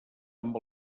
amb